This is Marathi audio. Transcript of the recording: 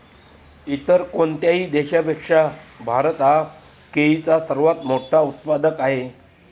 इतर कोणत्याही देशापेक्षा भारत हा केळीचा सर्वात मोठा उत्पादक आहे